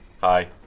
Hi